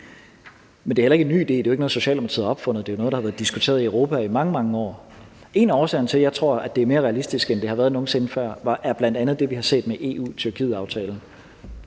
Men det er heller ikke en ny idé – det er jo ikke noget, Socialdemokratiet har opfundet; det er jo noget, der har været diskuteret i Europa i mange, mange år. En af årsagerne til, at jeg tror, at det er mere realistisk, end det nogen sinde før har været, er bl.a. det, vi har set med EU-Tyrkiet-aftalen,